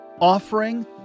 offering